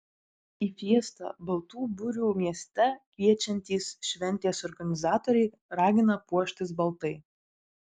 į fiestą baltų burių mieste kviečiantys šventės organizatoriai ragina puoštis baltai